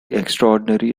extraordinary